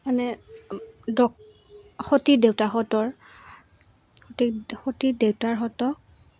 মানে সতী দেউতাহঁতৰ সতী সতীৰ দেউতাহঁতক